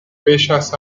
bellas